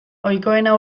ohikoena